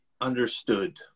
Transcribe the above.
understood